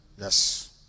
Yes